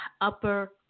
upper